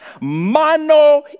Mano